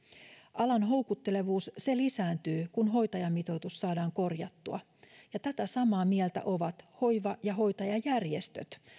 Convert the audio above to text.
alan houkuttelevuus lisääntyy kun hoitajamitoitus saadaan korjattua tätä samaa mieltä ovat hoiva ja hoitajajärjestöt